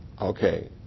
Okay